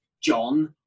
John